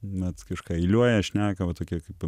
net kažką eiliuoja šneka va tokia kaip